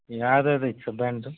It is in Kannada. ಯಾವ್ದು ಯಾವ್ದು ಐತೆ ಸರ್ ಬ್ರ್ಯಾಂಡು